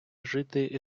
жити